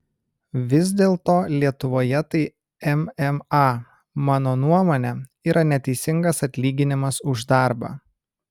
vis dėlto lietuvoje tai mma mano nuomone yra neteisingas atlyginimas už darbą